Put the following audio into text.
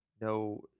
No